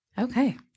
Okay